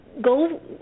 go